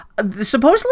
Supposedly